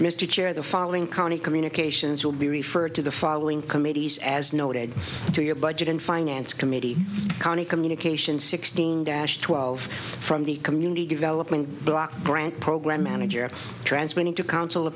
mr chair the following county communications will be referred to the following committees as noted to your budget and finance committee county communication sixteen dash twelve from the community development block grant program manager of transmitting to counsel a